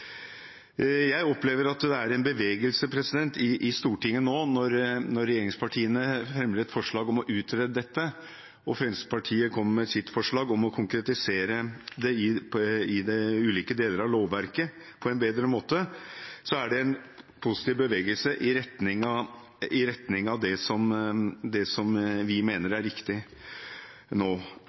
Jeg opplever at det er en bevegelse i Stortinget nå. Når regjeringspartiene fremmer et forslag om å utrede dette og Fremskrittspartiet kommer med sitt forslag om å konkretisere det i ulike deler av lovverket på en bedre måte, er det en positiv bevegelse i retning av det som vi mener er riktig. Det vi fra Senterpartiets side foreslår, er et tillegg til det som